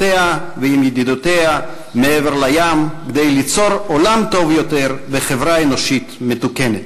ועם ידידות מעבר לים כדי ליצור עולם טוב יותר וחברה אנושית מתוקנת.